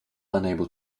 unable